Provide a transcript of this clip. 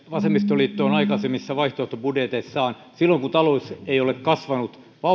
vasemmistoliitto on aikaisemmissa vaihtoehtobudjeteissaan silloin kun talous ei ole kasvanut